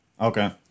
Okay